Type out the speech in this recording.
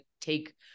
take